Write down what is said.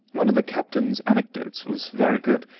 one of the captain's anecdotes was very good.